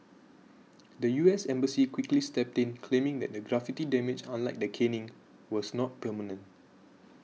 the U S Embassy quickly stepped in claiming that the graffiti damage unlike the caning was not permanent